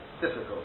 difficult